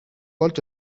олж